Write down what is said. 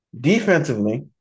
Defensively